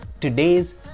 today's